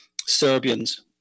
Serbians